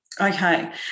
Okay